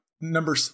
number